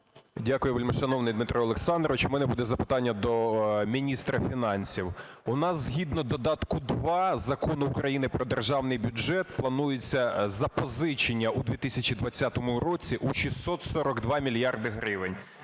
Дякую, вельмишановний Дмитро Олександрович. У мене буде запитання до міністра фінансів. У нас згідно додатку 2 Закону України про Державний бюджет планується запозичення у 2020 році у 642 мільярди гривень.